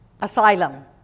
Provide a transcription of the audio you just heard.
asylum